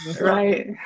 right